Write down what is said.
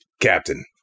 Captain